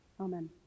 Amen